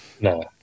No